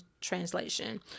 translation